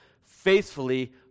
faithfully